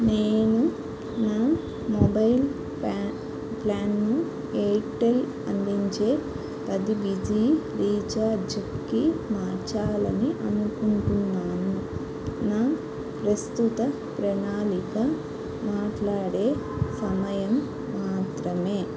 నేను నా మొబైల్ ప్యా ప్లాన్ను ఎయిర్టెల్ అందించే పది బీజీ రీఛార్జ్కి మార్చాలని అనుకుంటున్నాను నా ప్రస్తుత ప్రణాళిక మాట్లాడే సమయం మాత్రమే